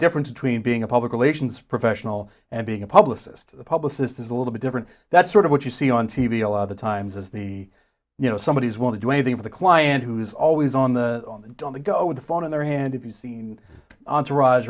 difference between being a public relations professional and being a publicist publicist is a little bit different that's sort of what you see on t v a lot of times as the you know somebody is want to do anything with a client who's always on the on the on the go with the phone in their hand if you seen entourage